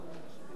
הקודמת התקבלה,